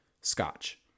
scotch